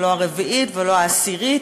ולא הרביעית ולא העשירית,